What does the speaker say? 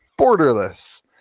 borderless